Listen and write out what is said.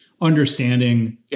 understanding